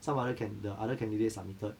some other can~ the other candidate submitted